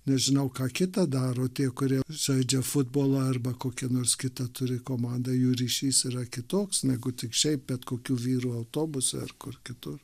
nežinau ką kita daro tie kurie žaidžia futbolą arba kokią nors kitą turi komandą jų ryšys yra kitoks negu tik šiaip bet kokių vyrų autobuse ar kur kitur